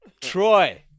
Troy